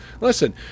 listen